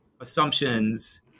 assumptions